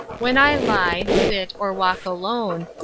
when i lie, sit, or walk alone,